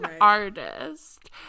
artist